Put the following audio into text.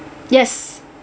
yes